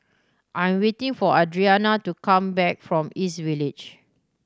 I am waiting for Adriana to come back from East Village